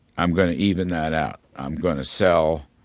i'm going to even that out. i'm going to sell